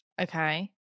Okay